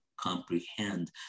comprehend